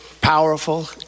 powerful